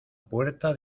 puerta